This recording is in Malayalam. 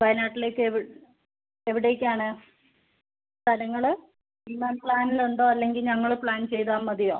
വയനാട്ടിലേക്ക് എവിടേക്കാണ് സ്ഥലങ്ങൾ എല്ലാം പ്ലാനിലുണ്ടോ അല്ലെങ്കിൽ ഞങ്ങൾ പ്ലാൻ ചെയ്താൽ മതിയോ